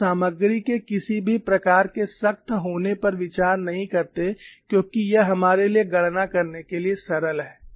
आप सामग्री के किसी भी प्रकार के सख्त होने पर विचार नहीं करते क्योंकि यह हमारे लिए गणना करने के लिए सरल है